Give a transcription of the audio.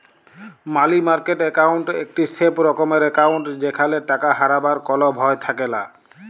মালি market account একটি safe রকমের account যেখালে টাকা হারাবার কল ভয় থাকেলা